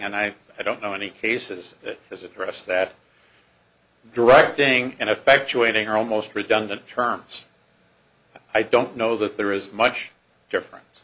and i i don't know any cases that has addressed that directing and effectuating are almost redundant terms i don't know that there is much difference